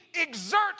exert